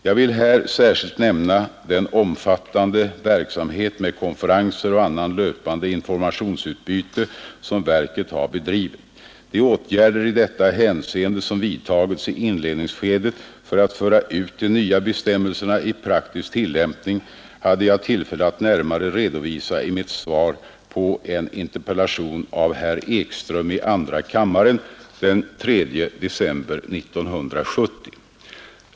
Jag vill här särskilt nämna den omfattande verksamhet med konferenser och annat löpande informationsutbyte som verket har bedrivit. De åtgärder i detta hänseende som vidtogs i inledningsskedet för att föra ut de nya bestämmelserna i praktisk tillämpning hade jag tillfälle att närmare redovisa i mitt svar på en interpellation av herr Ekström i andra kammaren den 3 december 1970.